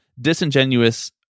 disingenuous